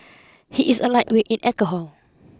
he is a lightweight in alcohol